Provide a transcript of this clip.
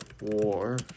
War